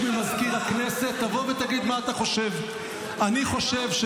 אתם פוגעים בשם של